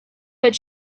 but